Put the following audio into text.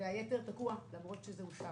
שקל והיתר תקוע למרות שאושר.